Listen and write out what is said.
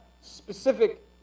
specific